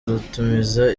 rutumiza